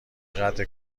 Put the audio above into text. قدر